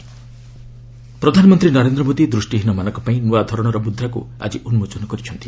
PM coins ପ୍ରଧାନମନ୍ତ୍ରୀ ନରେନ୍ଦ୍ର ମୋଦି ଦୃଷ୍ଟିହୀନମାନଙ୍କ ପାଇଁ ନ୍ତଆ ଧରଣର ମୁଦ୍ରାକୁ ଆଜି ଉନ୍କୋଚନ କରିଛନ୍ତି